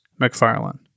McFarlane